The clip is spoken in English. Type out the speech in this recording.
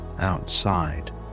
outside